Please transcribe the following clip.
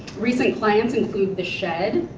recent clients include the shed,